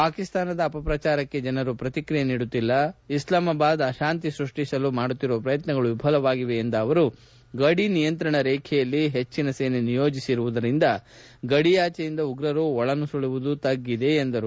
ಪಾಕಿಸ್ತಾನದ ಅಪಪ್ರಚಾರಕ್ಕೆ ಜನರು ಪ್ರತಿಕ್ರಿಯಿಸುತ್ತಿಲ್ಲ ಇಸ್ಲಾಮಾಬಾದ್ ಅಶಾಂತಿ ಸೃಷ್ಟಿಸಲು ಮಾಡುತ್ತಿರುವ ಪ್ರಯತ್ವಗಳು ವಿಫಲವಾಗಿವೆ ಎಂದ ಅವರು ಗಡಿ ನಿಯಂತ್ರಣ ರೇಖೆಯಲ್ಲಿ ಹೆಚ್ಚಿನ ಸೇನೆ ನಿಯೋಜಿಸಿರುವುದರಿಂದ ಗಡಿಯಾಚೆಯಿಂದ ಉಗ್ರರು ಒಳನುಸುಳುವುದು ತಗ್ಗಿದೆ ಎಂದರು